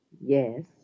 Yes